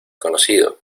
conocido